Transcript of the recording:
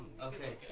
Okay